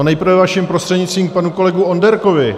Nejprve vaším prostřednictvím panu kolegovi Onderkovi.